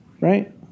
right